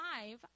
five